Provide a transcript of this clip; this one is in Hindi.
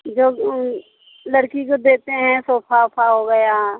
जो उन लड़की को देते हैं सोफ़ा वोफा हो गया